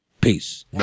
Peace